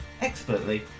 expertly